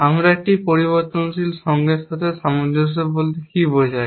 আমরা একটি পরিবর্তনশীল সঙ্গে সামঞ্জস্য বলতে কি বোঝায়